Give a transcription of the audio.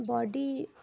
body